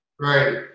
Right